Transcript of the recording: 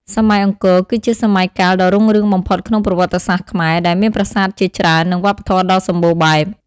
សម័យអង្គរគឺជាសម័យកាលដ៏រុងរឿងបំផុតក្នុងប្រវត្តិសាស្ត្រខ្មែរ ដែលមានប្រាសាទជាច្រើន និងវប្បធម៌ដ៏សម្បូរបែប។